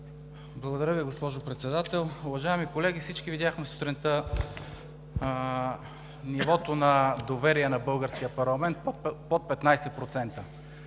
Благодаря Ви, госпожо Председател. Уважаеми колеги, всички видяхме сутринта нивото на доверие към българския парламент – под 15%!